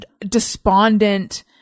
despondent